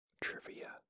trivia